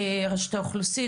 לרשות האוכלוסין.